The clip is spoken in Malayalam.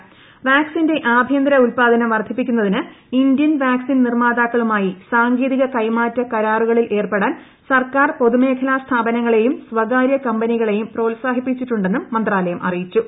അനുമതി വാക്സിന്റെ ആഭ്യന്തര ഉല്പാദനം വർദ്ധിപ്പിക്കുന്നതിന് ഇന്ത്യൻ വാക്സിൻ നിർമാതാക്കളുമായി സാങ്കേതിക കൈമാറ്റ കരാറുകളിൽ ഏർപ്പെടാൻ സർക്കാർ പൊതുമേഖലാ സ്ഥാപനങ്ങളെയും കമ്പനികളെയും സ്വകാര്യ പ്രോത്സാഹിപ്പിച്ചിട്ടുണ്ടെന്നും മന്ത്രാലയം അറിയിച്ചു